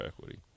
equity